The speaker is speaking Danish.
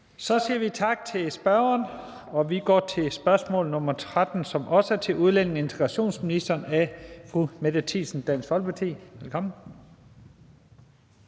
Vi siger tak til spørgeren. Så går vi til spørgsmål nr. 13, som også er til udlændinge- og integrationsministeren, og det er af fru Mette Thiesen, Dansk Folkeparti. Velkommen.